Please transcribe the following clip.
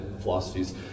philosophies